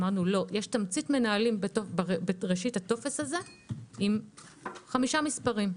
אמרנו: יש תמצית מנהלים בראשית הטופס הזה עם חמישה מספרים,